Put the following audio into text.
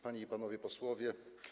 Panie i Panowie Posłowie!